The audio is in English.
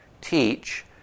teach